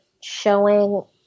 showing